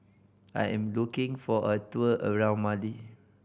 I am looking for a tour around Mali